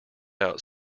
out